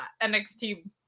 NXT